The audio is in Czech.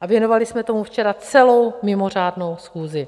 a věnovali jsme tomu včera celou mimořádnou schůzi.